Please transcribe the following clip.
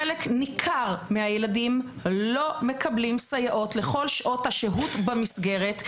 חלק ניכר מהילדים לא מקבלים סייעות לכל שעות השהות במסגרת,